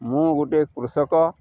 ମୁଁ ଗୋଟେ କୃଷକ